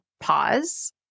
pause